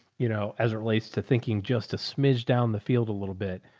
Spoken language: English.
you know, as it relates to thinking just a smidge down the field a little bit.